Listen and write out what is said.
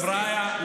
חבריא,